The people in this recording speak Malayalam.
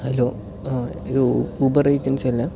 ഹലോ ഇത് ഊബർ ഏജൻസി അല്ലേ